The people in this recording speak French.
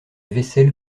vaisselle